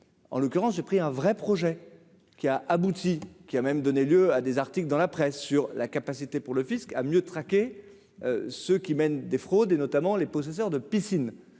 en l'occurrence, j'ai pris un vrai projet qui a abouti, qui a même donné lieu à des articles dans la presse sur la capacité pour le Fisc à mieux traquer ceux qui mènent des fraudes et notamment les possesseurs de piscines,